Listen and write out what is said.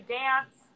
dance